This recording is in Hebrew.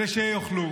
כדי שיוכלו,